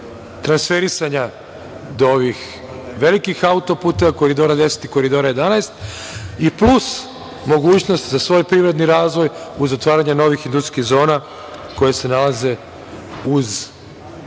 transferisanja do ovih velikih auto-puteva, Koridora 10 i Koridora 11, plus mogućnost za svoj privredni razvoj, uz otvaranje novih industrijskih zona koje se nalaze uz